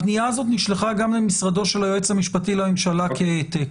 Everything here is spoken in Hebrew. הפנייה הזאת גם נשלחה למשרדו של היועץ המשפטי לממשלה כהעתק.